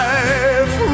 Life